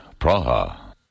Praha